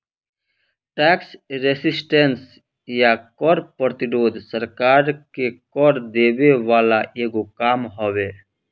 tax resistance या कर प्रतिरोध सरकार के कर देवे वाला एगो काम हवे